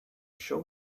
show